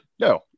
No